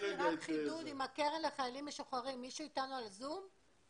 הקרן לחיילים משוחררים, מישהו אתנו ב-זום?